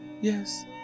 yes